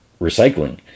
recycling